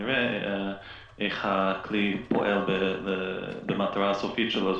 נראה איך הכלי פועל במטרה הסופית שלו,